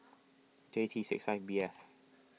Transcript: J T six five B F